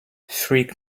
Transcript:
three